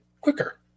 quicker